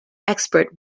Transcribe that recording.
expert